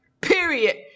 Period